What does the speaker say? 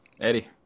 Eddie